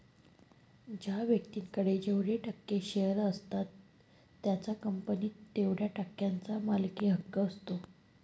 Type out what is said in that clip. ज्या व्यक्तीकडे जेवढे टक्के शेअर असतात त्याचा कंपनीत तेवढया टक्क्यांचा मालकी हक्क असतो